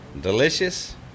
delicious